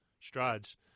strides